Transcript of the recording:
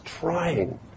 trying